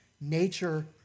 nature